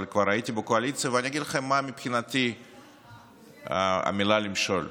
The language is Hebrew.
אבל כבר הייתי בקואליציה ואני אגיד לכם מה מבחינתי המילה "למשול",